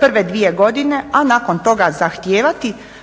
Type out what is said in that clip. prve dvije godine a nakon toga zahtijevati